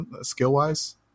skill-wise